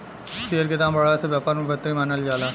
share के दाम के बढ़ला से व्यापार में बढ़ोतरी मानल जाला